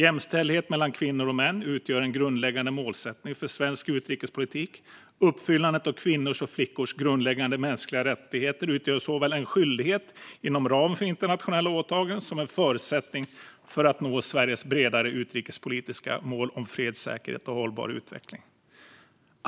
Jämställdhet mellan kvinnor och män utgör en grundläggande målsättning för svensk utrikespolitik. Uppfyllandet av kvinnors och flickors grundläggande mänskliga rättigheter utgör såväl en skyldighet inom ramen för internationella åtaganden som en förutsättning för att nå Sveriges bredare utrikespolitiska mål om fred, säkerhet och hållbar utveckling.